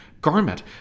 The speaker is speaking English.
garment